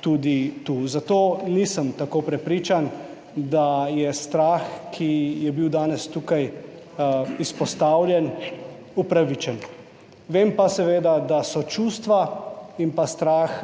tudi tu. Zato nisem tako prepričan, da je strah, ki je bil danes tukaj izpostavljen, upravičen, vem pa seveda, da so čustva in pa strah